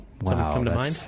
Wow